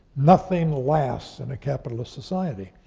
nothing lasts in a capitalist society,